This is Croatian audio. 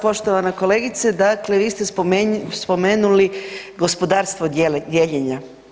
Poštovana kolegice dakle vi ste spomenuli gospodarstvo dijeljenja.